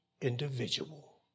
individual